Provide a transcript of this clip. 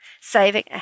saving